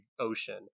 ocean